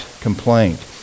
complaint